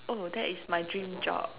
oh that is my dream job